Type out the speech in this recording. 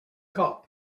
cop